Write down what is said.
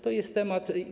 To jest temat.